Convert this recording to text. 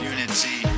Unity